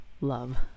love